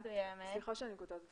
סליחה שאני קוטעת אותך.